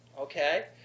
Okay